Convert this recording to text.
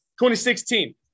2016